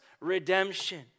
Redemption